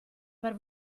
per